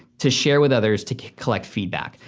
to share with others to collect feedback.